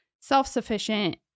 self-sufficient